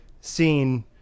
scene